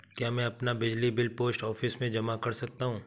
क्या मैं अपना बिजली बिल पोस्ट ऑफिस में जमा कर सकता हूँ?